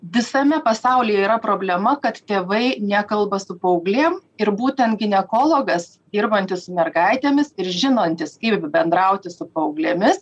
visame pasaulyje yra problema kad tėvai nekalba su paauglėm ir būtent ginekologas dirbantis su mergaitėmis ir žinantis kaip bendraut su paauglėmis